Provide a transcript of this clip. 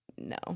no